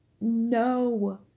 No